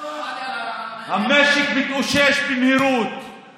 רשימה של שקרים.